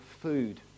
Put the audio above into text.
food